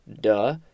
duh